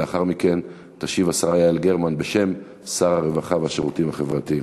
לאחר מכן תשיב השרה יעל גרמן בשם שר הרווחה והשירותים החברתיים.